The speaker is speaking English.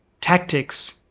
tactics